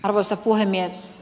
arvoisa puhemies